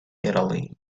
italy